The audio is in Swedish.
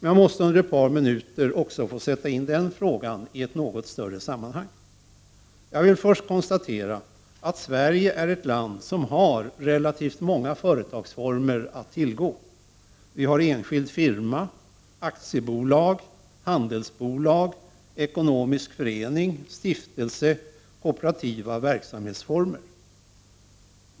Jag måste också få sätta in den frågan i ett något större sammanhang. Jag vill först konstatera att Sverige är ett land som har relativt många företagsformer att tillgå. Vi har enskild firma, aktiebolag, handelsbolag, ekonomisk förening, stiftelse och kooperativa verksamhetsformer.